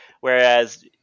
Whereas